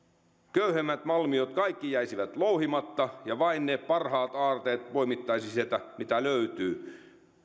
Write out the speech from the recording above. köyhemmät malmiot jäisivät louhimatta ja vain ne parhaat aarteet mitä löytyy poimittaisiin sieltä